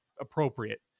appropriate